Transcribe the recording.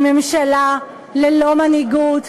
היא ממשלה ללא מנהיגות,